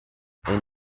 and